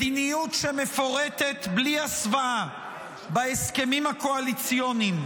מדיניות שמפורטת בלי הסוואה בהסכמים הקואליציוניים,